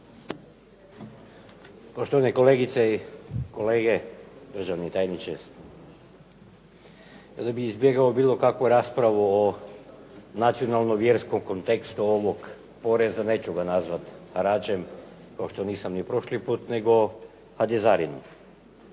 Poštovane kolegice i kolege, državni tajniče. Pa da bih izbjegao bilo kakvu raspravu o nacionalno-vjerskom kontekstu ovog poreza neću ga nazvati haračem kao što nisam ni prošli put, nego kad